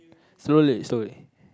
slowly slowly